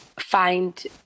find